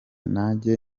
nanjye